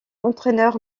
entraîneur